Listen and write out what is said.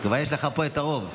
יש לך פה את הרוב.